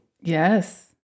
Yes